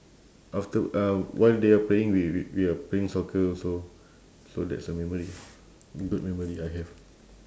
after uh while they are praying we we we are playing soccer also so that's a memory good memory I have